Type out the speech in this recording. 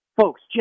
folks